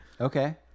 okay